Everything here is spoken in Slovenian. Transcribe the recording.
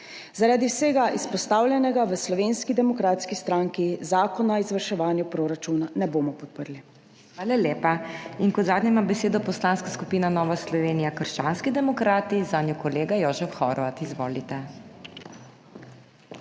Zaradi vsega izpostavljenega v Slovenski demokratski stranki zakona o izvrševanju proračuna ne bomo podprli. PODPREDSEDNICA MAG. MEIRA HOT: Hvala lepa. Kot zadnja ima besedo Poslanska skupina Nova Slovenija – krščanski demokrati, zanjo kolega Jožef Horvat. Izvolite.